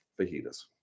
Fajitas